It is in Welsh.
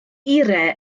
eiriau